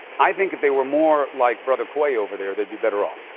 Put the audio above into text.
i think if they were more like brother quay over there, they'd be better off.